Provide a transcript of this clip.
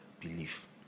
Belief